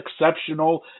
exceptional